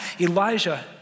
Elijah